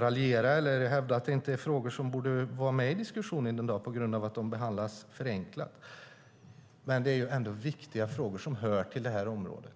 raljera eller hävda att det här är frågor som inte borde vara med i diskussionen i dag på grund av att de får en förenklad beredning, men det är ändå viktiga frågor som hör till området.